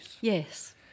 Yes